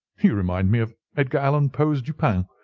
you remind me of edgar allen poe's dupin.